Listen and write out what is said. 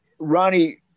Ronnie